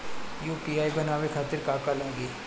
UPI बनावे खातिर का का लगाई?